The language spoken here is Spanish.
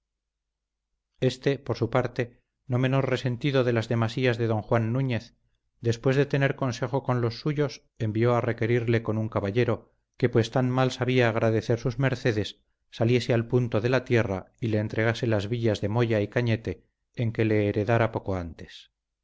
ste por su parte no menos resentido de las demasías de don juan núñez después de tener consejo con los suyos envió a requerirle con un caballero que pues tan mal sabía agradecer sus mercedes saliese al punto de la tierra y le entregase las villas de moya y cañete en que le haredara poco antes